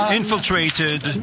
infiltrated